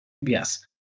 Yes